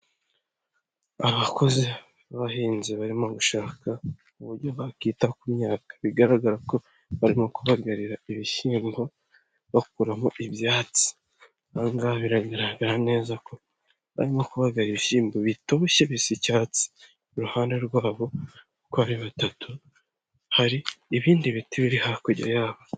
Abakozi b'abahinzi barimo gushaka uburyo bakita ku myaka, bigaragara ko barimo kubagarira ibishyimbo, bakuramo ibyatsi. Aha ngaha biragaragara neza ko barimo kubagara ibishyimbo bitoshye bisa icyatsi, iruhande rwabo uko ari batatu, hari ibindi biti biri hakurya yabo.